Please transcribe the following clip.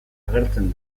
agertzen